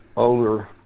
Older